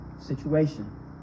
situation